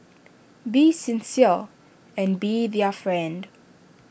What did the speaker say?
be sincere and be their friend